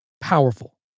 Powerful